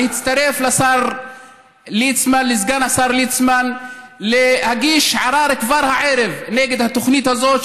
להצטרף לסגן השר ליצמן ולהגיש ערר כבר הערב נגד התוכנית הזאת,